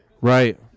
Right